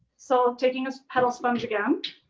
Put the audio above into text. so taking this petal sponge again